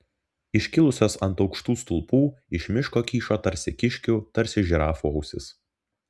iškilusios ant aukštų stulpų iš miško kyšo tarsi kiškių tarsi žirafų ausys